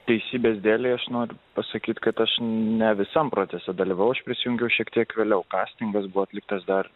teisybės dėlei aš noriu pasakyti kad aš ne visam proceso dalyvaus prisijungiau šiek tiek vėliau kastingas buvo atliktas dar